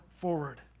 forward